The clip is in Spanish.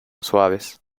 suaves